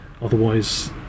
otherwise